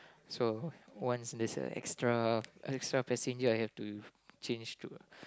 so once there as a extra extra passenger I have to change to